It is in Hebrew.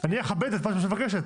אני אכבד את מה שאת מבקשת,